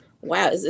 wow